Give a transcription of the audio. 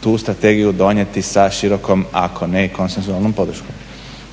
tu strategiju donijeti sa širokom ako ne i konsensualnom podrškom.